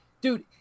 dude